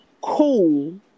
cool